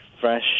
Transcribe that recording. fresh